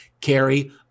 carry